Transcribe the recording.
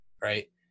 Right